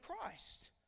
Christ